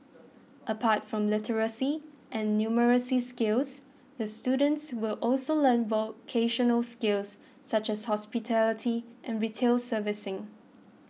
apart from literacy and numeracy skills the students will also learn vocational skills such as hospitality and retail servicing